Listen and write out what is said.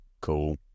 Cool